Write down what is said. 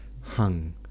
hung